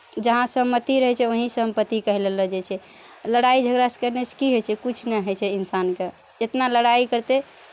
जहाँ सहमति रहै छै वहीं सम्पत्ति कहलायलो जाइ छै लड़ाइ झगड़ासँ कयनेसँ की होइ छै किछु नहि होइ छै इनसानकेँ इतना लड़ाइ करतै